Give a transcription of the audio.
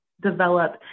develop